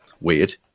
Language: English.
weird